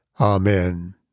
Amen